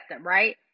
right